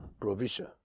provision